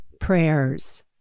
prayers